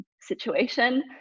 situation